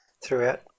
throughout